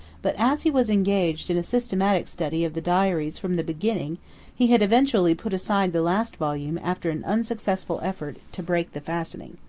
but as he was engaged in a systematic study of the diaries from the beginning he had eventually put aside the last volume after an unsuccessful effort to break the fastening.